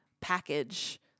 package